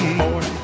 more